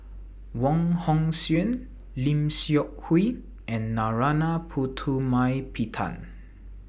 Wong Hong Suen Lim Seok Hui and Narana Putumaippittan